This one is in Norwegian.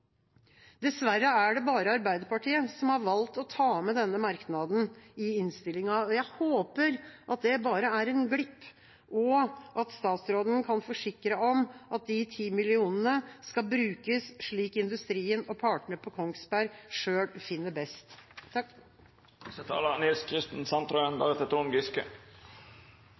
Dessverre er det bare Arbeiderpartiet som har valgt å ta med denne merknaden i innstillingen. Jeg håper det bare er en glipp, og at statsråden kan forsikre at de ti millionene skal brukes slik industrien og partene på Kongsberg selv finner det best.